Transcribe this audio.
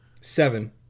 Seven